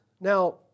Now